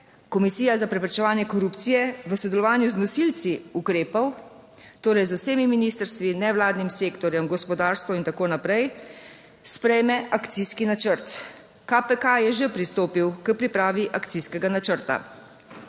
Komisija za preprečevanje korupcije v sodelovanju z nosilci ukrepov, torej z vsemi ministrstvi, nevladnim sektorjem, gospodarstvo in tako naprej, sprejme akcijski načrt. KPK je že pristopil k pripravi akcijskega načrta.